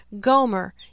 Gomer